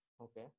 Okay